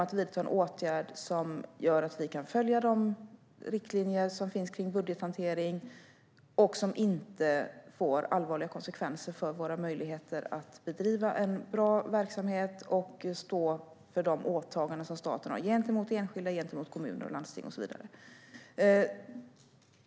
Vi vidtar en åtgärd som gör att vi kan följa de riktlinjer som finns kring budgethantering och som inte får allvarliga konsekvenser för våra möjligheter att bedriva en bra verksamhet och stå för de åtaganden som staten har gentemot enskilda, gentemot kommuner och landsting och så vidare.